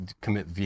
commit